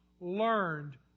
Learned